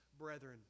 brethren